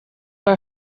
our